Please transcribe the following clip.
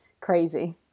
crazy